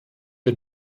der